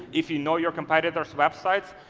if you know your competitors websites,